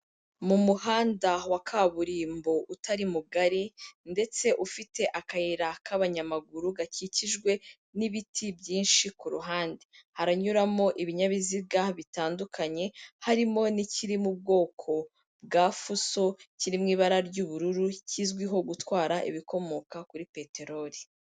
Mu muhanda wa kaburimbo utari mugari ndetse ufite akayira k'abanyamaguru, gakikijwe n'ibiti byinshi kuru ruhande, haranyuramo ibinyabiziga bitandukanye, harimo n'ikiri mu bwoko bwa fuso, kirimo ibara ry'ubururu kizwiho gutwara ibikomoka kuri peteroli.